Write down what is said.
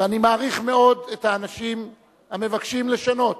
ואני מעריך מאוד את האנשים המבקשים לשנות